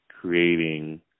creating